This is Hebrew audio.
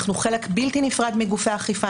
אנחנו חלק בלתי נפרד מגופי אכיפה,